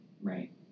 Right